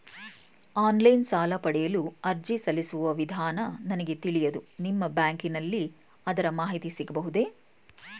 Online ಸಾಲ ಪಡೆಯಲು ಅರ್ಜಿ ಸಲ್ಲಿಸುವ ವಿಧಾನ ನನಗೆ ತಿಳಿಯದು ನಿಮ್ಮ ಬ್ಯಾಂಕಿನಲ್ಲಿ ಅದರ ಮಾಹಿತಿ ಸಿಗಬಹುದೇ?